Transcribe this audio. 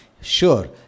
Sure